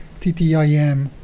TTIM